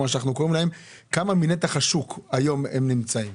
כמה מנתח השוק היום הם נמצאים?